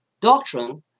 doctrine